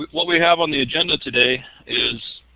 what we have on the agenda today is